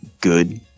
good